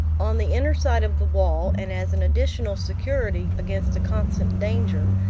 on the inner side of the wall, and as an additional security against the constant danger,